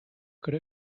could